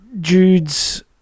Jude's